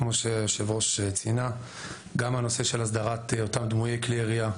כמו שציינה יושבת הראש: גם הנושא של הסדרת אותם דמויי כלי ירייה,